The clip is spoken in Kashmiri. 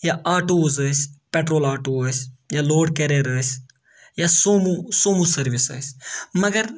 یا آٹوٗوٕز ٲسۍ پیٹرول آٹوٗ ٲسۍ یا لوڈ کیریر ٲسۍ یا سوموٗ سوموٗ سٔرروِس ٲسۍ مَگر